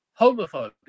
homophobic